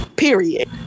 Period